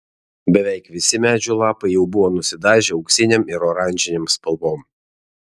beveik visi medžių lapai jau buvo nusidažę auksinėm ir oranžinėm spalvom